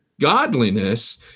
godliness